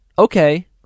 okay